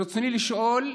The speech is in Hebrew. רצוני לשאול: